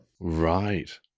Right